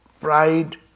pride